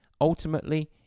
Ultimately